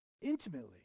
Intimately